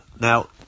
Now